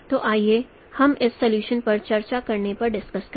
तो आइए हम इस सॉल्यूशन पर चर्चा करने पर डिस्कस करें